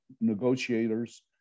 negotiators